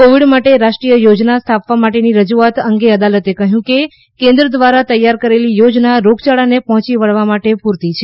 Covid માટે રાષ્ટ્રીય યોજના સ્થાપવા માટેની રજૂઆત અંગે અદાલતે કહ્યું કે કેન્દ્ર દ્વારા તૈયાર કરેલી યોજના રોગચાળાને પહોંચી વળવા માટે પૂરતી છે